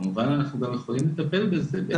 וכמובן אנחנו גם יכולים לטפל בזה.